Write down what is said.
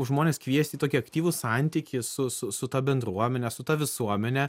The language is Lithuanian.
žmonės kviesti į tokį aktyvų santykį su ta bendruomene su ta visuomene